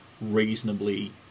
reasonably